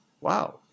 Wow